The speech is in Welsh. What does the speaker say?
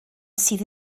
sydd